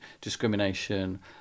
discrimination